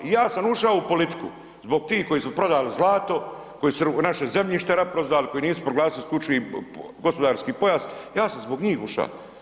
I ja sam ušao u politiku, zbog tih koji su prodali zlato, koji su naše zemljište rasprodali, koji nisu proglasili isključivi gospodarski pojas, ja sam zbog njih uša.